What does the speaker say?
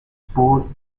sport